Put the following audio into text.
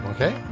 Okay